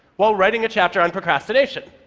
while writing a chapter on procrastination.